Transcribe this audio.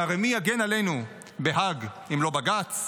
שהרי מי יגן עלינו בהאג אם לא בג"ץ?